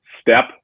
step